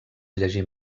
llegir